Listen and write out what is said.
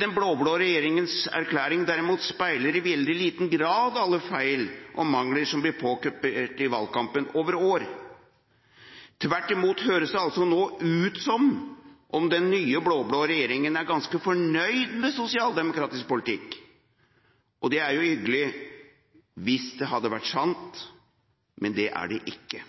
Den blå-blå regjeringas erklæring derimot speiler i veldig liten grad alle feil og mangler – i valgkampen over år. Tvert imot høres det nå ut som om den nye blå-blå regjeringa er ganske fornøyd med sosialdemokratisk politikk. Det er jo hyggelig, hvis det hadde vært sant, men det er det ikke.